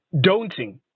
daunting